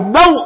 no